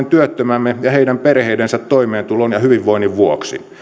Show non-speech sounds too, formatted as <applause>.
<unintelligible> työttömämme ja heidän perheidensä toimeentulon ja hyvinvoinnin vuoksi